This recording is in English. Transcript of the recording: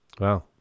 Wow